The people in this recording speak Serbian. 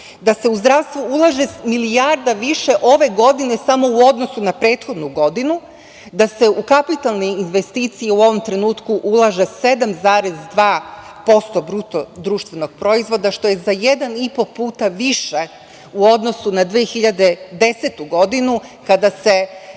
da se u zdravstvo ulaže milijarda više ove godine samo u odnosu na prethodnu godinu, da se u kapitalne investicije u ovom trenutku ulaže 7,2% BDP, što je za 1,5 puta više u odnosu na 2010. godinu kada se